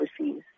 overseas